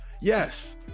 Yes